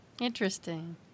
interesting